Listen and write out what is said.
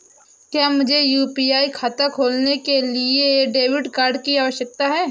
क्या मुझे यू.पी.आई खाता खोलने के लिए डेबिट कार्ड की आवश्यकता है?